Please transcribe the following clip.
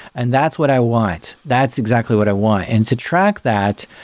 and that's what i want. that's exactly what i want. and to track that,